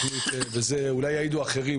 ועל זה אולי יעידו אחרים,